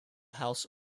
house